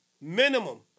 minimum